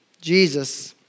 Jesus